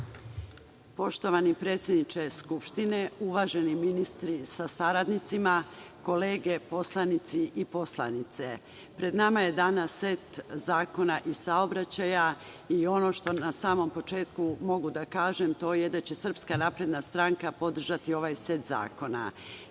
Poštovani predsedniče Skupštine, uvaženi ministri sa saradnicima, kolege poslanici i poslanice, pred nama je danas set zakona iz saobraćaja i ono što na samom početku mogu da kažem, to je da će SNS podržati ovaj set